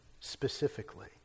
specifically